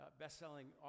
bestselling